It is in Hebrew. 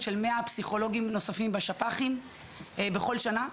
של 100 פסיכולוגים נוספים בשפ"חים בכל שנה,